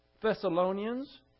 Thessalonians